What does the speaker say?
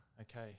Okay